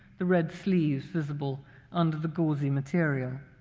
the red sleeves visible under the gauzy material.